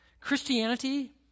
Christianity